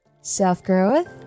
self-growth